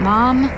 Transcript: Mom